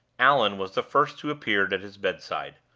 allan was the first who appeared at his bedside.